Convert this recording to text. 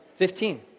Fifteen